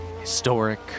Historic